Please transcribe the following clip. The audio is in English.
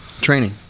Training